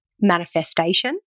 manifestation